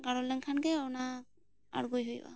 ᱜᱟᱲᱚ ᱞᱮᱱ ᱠᱷᱟᱱ ᱜᱮ ᱚᱱᱟ ᱟᱹᱬᱜᱚᱭ ᱦᱩᱭᱩᱜᱼᱟ